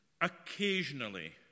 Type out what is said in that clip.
Occasionally